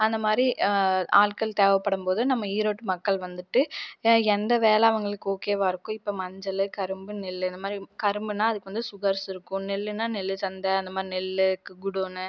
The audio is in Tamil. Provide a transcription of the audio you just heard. அந்த மாதிரி ஆட்கள் தேவைப்படும்போது நம்ம ஈரோடு மக்கள் வந்துட்டு எந்த வேலை அவங்களுக்கு ஓகேவா இருக்கும் இப்போ மஞ்சள் கரும்பு நெல் அந்த மாதிரி கரும்புன்னால் அதுக்கு வந்து சுகர்ஸ் இருக்கும் நெல்லுன்னால் நெல் சந்தை அந்த மாதிரி நெல் குடோனு